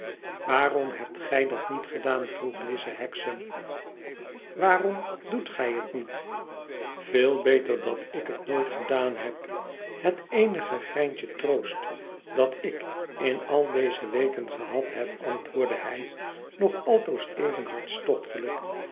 waarom hebt gij dat niet gedaan vroeg lize hexam waarom doet gij het niet veel beter dat ik het nooit gedaan heb het eenige greintje troost dat ik in al deze weken gehad heb antwoordde hij nog altoos even